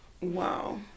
wow